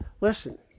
listen